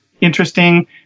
interesting